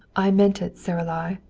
i meant it, saralie,